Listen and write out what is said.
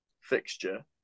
fixture